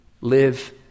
live